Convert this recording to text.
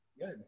good